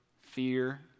fear